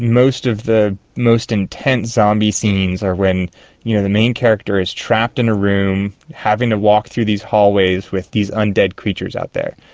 most of the most intense zombie scenes are when you know the main character is trapped in a room, having to walk through these hallways with these undead creatures out there.